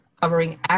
covering